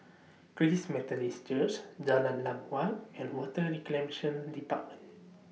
Christ Methodist Church Jalan Lam Huat and Water Reclamation department